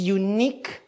unique